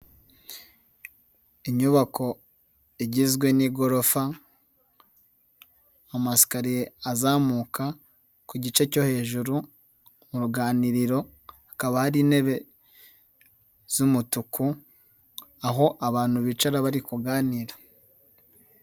Inyubako igizwe n'igorofa, amasikariye azamuka ku gice cyo hejuru, mu ruganiriro hakaba hari intebe z'umutuku, aho abantu bicara bari kuganira.